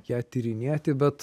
ją tyrinėti bet